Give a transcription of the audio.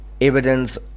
evidence